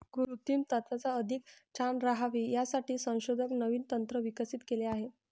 कृत्रिम त्वचा अधिक छान राहावी यासाठी संशोधक नवीन तंत्र विकसित केले आहे